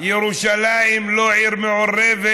ירושלים לא עיר מעורבת.